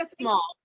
small